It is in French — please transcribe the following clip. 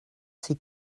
ces